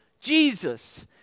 Jesus